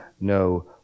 no